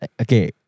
Okay